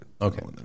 okay